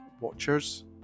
watchers